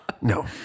No